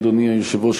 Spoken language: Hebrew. אדוני היושב-ראש,